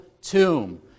tomb